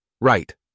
Right